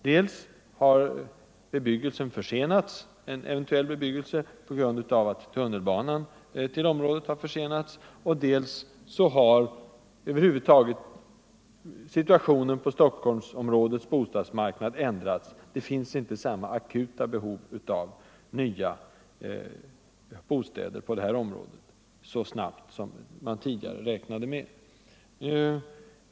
Dels har en eventuell bebyggelse försenats på grund av att tunnelbanan till området har fördröjts. Dels har situationen på bostadsmarknaden inom Stockholmsregionen ändrats. Behovet av nya bostäder är inte längre så akut.